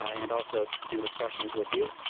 and also, in discussions with you.